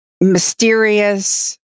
mysterious